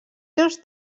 seus